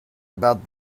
about